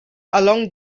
along